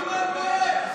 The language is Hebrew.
אבל ראית,